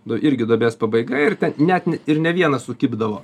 du irgi duobės pabaiga ir ten net ir ne vienas sukibdavo